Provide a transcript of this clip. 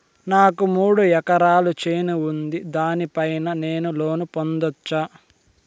నాకు మూడు ఎకరాలు చేను ఉంది, దాని పైన నేను లోను పొందొచ్చా?